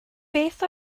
beth